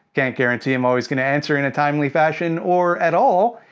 can't guarantee i'm always gonna answer in a timely fashion, or at all.